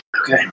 Okay